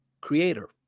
creator